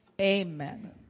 Amen